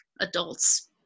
adults